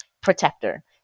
protector